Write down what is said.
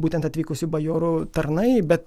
būtent atvykusių bajorų tarnai bet